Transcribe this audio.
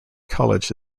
college